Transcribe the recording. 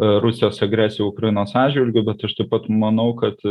rusijos agresija ukrainos atžvilgiu bet aš taip pat manau kad